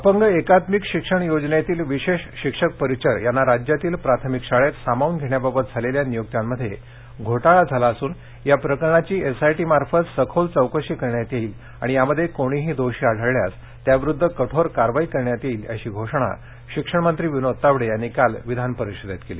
अपंग एकात्मिक शिक्षण योजनेतील विशेष शिक्षक परिचर यांना राज्यातील प्राथमिक शाळेत सामावून घेण्याबाबत झालेल्या नियुक्त्यांमध्ये घोटाळा झाला असून या प्रकरणाची एसआयटी मार्फत सखोल चौकशी करण्यात येईल आणि यामध्ये कोणीही दोषी आढळल्यास त्याविद्व कठोर कारवाई करण्यात येईल अशी घोषणा शिक्षणमंत्री विनोद तावडे यांनी काल विधान परिषदेत केली